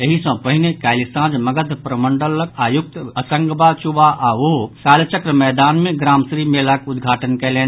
एहि सँ पहिने काल्हि सांझ मगध प्रमंडल आयुक्त असंगवा चुबा आओ कालचक्र मैदान मे ग्रामश्री मेलाक उद्घाटन कयलनि